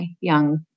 young